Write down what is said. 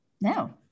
No